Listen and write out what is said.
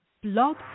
blog